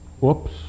Whoops